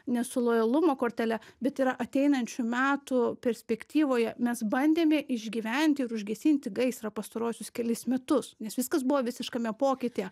ne su lojalumo kortele bet yra ateinančių metų perspektyvoje mes bandėme išgyventi ir užgesinti gaisrą pastaruosius kelis metus nes viskas buvo visiškame pokytyje